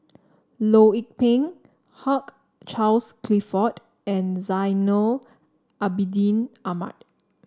Loh Lik Peng Hugh Charles Clifford and Zainal Abidin Ahmad